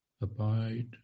Abide